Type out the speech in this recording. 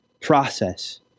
process